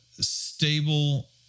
stable